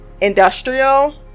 industrial